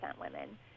women